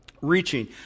Reaching